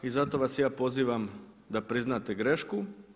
I zato vas ja pozivam da priznate grešku.